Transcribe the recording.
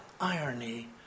irony